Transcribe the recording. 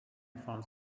forms